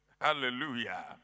Hallelujah